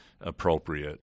appropriate